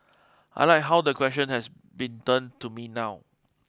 I like how the question has been turned to me now